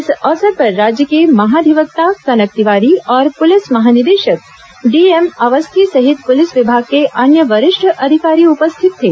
इस अवसर पर राज्य के महाधिवक्ता कनक तिवारी और पुलिस महानिदेशक डीएम अवस्थी सहित पुलिस विभाग के अन्य वरिष्ठ अधिकारी उपस्थित थे